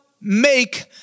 make